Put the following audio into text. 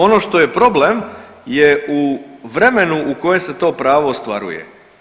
Ono što je problem je u vremenu u kojem se to pravo ostvaruje.